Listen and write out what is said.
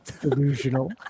Delusional